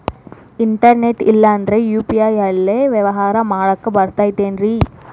Internet ಇಲ್ಲಂದ್ರ UPI ಲೇ ವ್ಯವಹಾರ ಮಾಡಾಕ ಬರತೈತೇನ್ರೇ?